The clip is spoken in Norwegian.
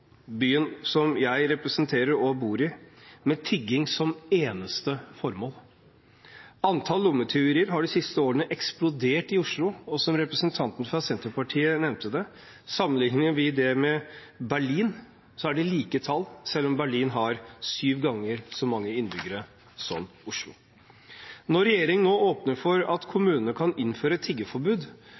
byen som jeg representerer og bor i, med tigging som eneste formål. Antall lommetyverier har de siste årene eksplodert i Oslo. Og som representanten fra Senterpartiet nevnte, sammenligner vi med Berlin, er det like tall, selv om Berlin har syv ganger så mange innbyggere som Oslo. Når regjeringen nå åpner for at kommunene kan innføre